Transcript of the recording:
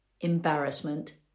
embarrassment